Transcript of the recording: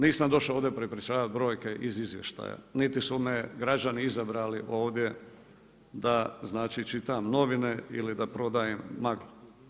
Nisam došao ovdje prepričavati brojke i iz izvještaja niti su me građani izabrali ovdje da čitam novine ili da prodaj maglu.